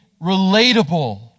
relatable